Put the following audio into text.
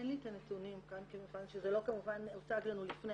אין לי את הנתונים כאן מכוון שזה לא הוצג לנו לפני